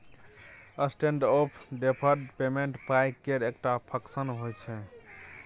standard of deferred payment पाइ केर एकटा फंक्शन होइ छै